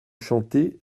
chanter